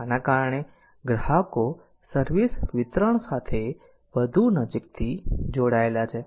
આના કારણે ગ્રાહકો સર્વિસ વિતરણ સાથે વધુ નજીકથી જોડાયેલા છે